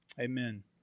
Amen